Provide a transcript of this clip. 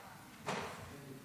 דקות,